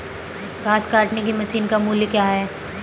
घास काटने की मशीन का मूल्य क्या है?